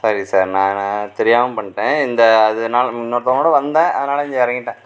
சரி சார் நான் தெரியாமல் பண்ணிட்டேன் இந்த அது நான் இன்னொருத்தவங்களோட வந்தேன் அதனால இங்கே இறங்கிட்டேன்